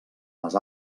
les